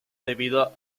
debido